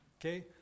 Okay